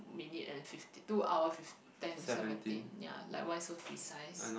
minutes and fifteen two hour fifth ten seventeen ya like why so precise